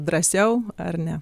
drąsiau ar ne